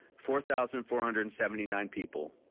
four thousand four hundred and seventy nine people.